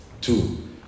two